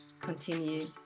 continue